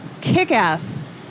kick-ass